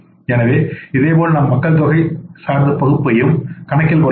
எனவே இதேபோல் நாம் மக்கள் தொகை சார்ந்த பகுப்பையும் கணக்கில் கொள்ள வேண்டும்